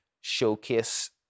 showcase